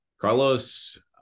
Carlos